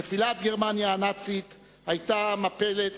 נפילת גרמניה הנאצית היתה מפלת